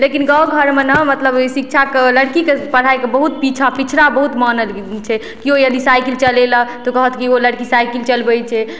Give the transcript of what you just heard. लेकिन गाँव घरमे ने मतलब ई शिक्षाके लड़कीके पढ़ाइके बहुत पीछा पिछड़ा बहुत मानल छै केओ यदि साइकिल चलेलक तऽ कहत कि ओ लड़की साइकिल चलबय छै